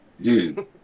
dude